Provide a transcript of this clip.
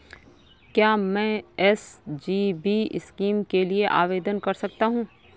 क्या मैं SGB scheme के लिए आवेदन कर सकता हूँ?